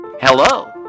Hello